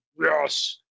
yes